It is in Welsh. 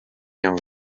iawn